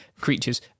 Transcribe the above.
creatures